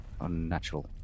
unnatural